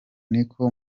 niko